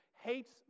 hates